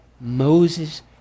Moses